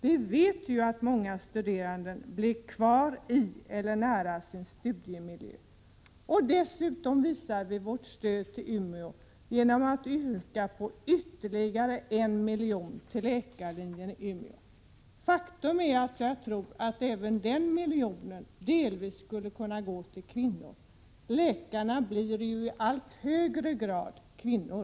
Vi vet ju att många studerande blir kvar i eller nära sin studiemiljö. Vi visar dessutom på vårt stöd till Umeå genom att yrka på ytterligare 1 milj.kr. till läkarlinjen där. Faktum är att jag tror att även denna miljon delvis skulle kunna anses gå till kvinnor — läkarna har ju i allt högre grad kommit att vara kvinnor.